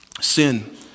sin